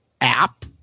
app